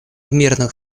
мирных